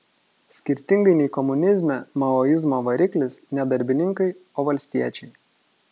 skirtingai nei komunizme maoizmo variklis ne darbininkai o valstiečiai